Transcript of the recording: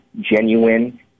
genuine